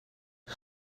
who